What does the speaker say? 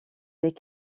des